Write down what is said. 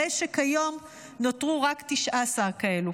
הרי כיום נותרו רק 19 כאלה.